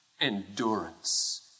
endurance